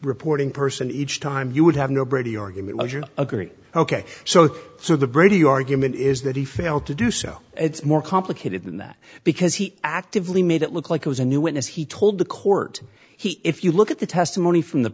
reporting person each time you would have no brady or he would agree ok so so the brady argument is that he failed to do so it's more complicated than that because he actively made it look like he was a new witness he told the court he if you look at the testimony from the